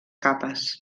capes